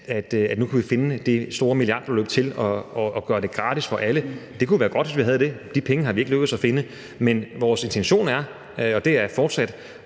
vi nu kunne finde det store milliardbeløb til at gøre det gratis for alle. Det kunne være godt, hvis vi havde det, men de penge er vi ikke lykkedes med at finde. Men vores intention er, og det er det fortsat,